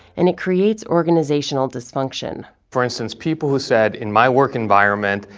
and it creates organizational dysfunction. for instance people who said, in my work environment,